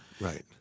Right